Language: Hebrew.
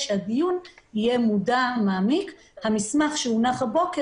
סל: "(3)סיבה אחרת שבשלה סבר מנכ"ל משרד הבריאות,